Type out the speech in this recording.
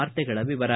ವಾರ್ತೆಗಳ ವಿವರ